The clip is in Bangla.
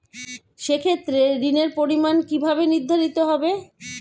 সে ক্ষেত্রে ঋণের পরিমাণ কিভাবে নির্ধারিত হবে?